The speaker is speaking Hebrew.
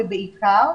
ובעיקר,